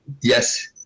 yes